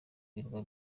birwa